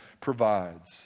provides